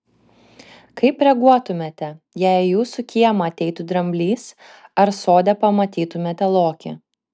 kaip reaguotumėte jei į jūsų kiemą ateitų dramblys ar sode pamatytumėte lokį